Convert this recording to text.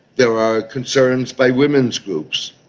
there are concerns by women's groups.